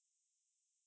when I